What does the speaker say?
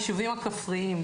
היישובים הכפריים.